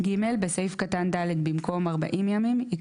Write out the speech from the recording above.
; (ג) בסעיף קטן (ד), במקום "40 ימים"